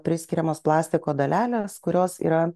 priskiriamos plastiko dalelės kurios yra